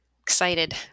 excited